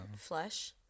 flesh